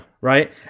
right